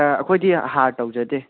ꯑꯩꯈꯣꯏꯗꯤ ꯍꯥꯔ ꯇꯧꯖꯗꯦ